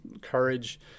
courage